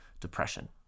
depression